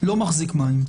לא מחזיק מים.